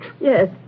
Yes